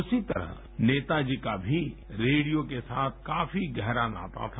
उसी तरह नेताजी का भी रेडियो के साथ काफी गहरा नाता था